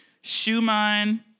Schumann